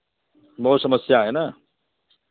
बहुत समस्या है ना